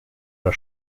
der